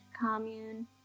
Commune